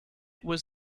was